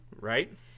Right